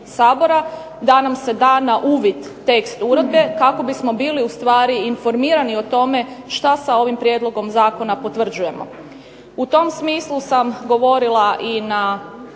da nam se da na uvid tekst uredbe kako bismo bili ustvari informirani o tome što sa ovim prijedlogom zakona potvrđujemo. U tom smislu sam govorila i na